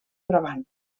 brabant